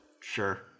Sure